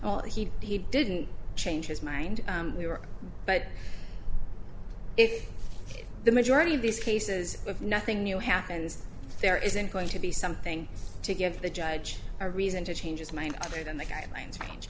all he he didn't change his mind we were but if the majority of these cases of nothing new happens there isn't going to be something to give the judge a reason to change his mind other than the guidelines range